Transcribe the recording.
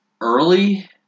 early